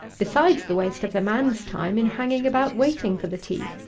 besides the waste of the man's time in hanging about waiting for the tea!